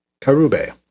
Karube